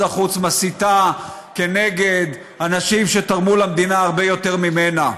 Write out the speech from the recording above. החוץ מסיתה כנגד אנשים שתרמו למדינה הרבה יותר ממנה.